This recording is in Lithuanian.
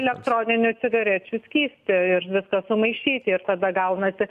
elektroninių cigarečių skystį ir viską sumaišyti ir tada gaunasi